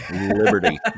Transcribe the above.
liberty